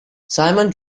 simon